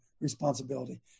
responsibility